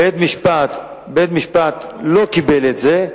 בית-המשפט לא קיבל את זה,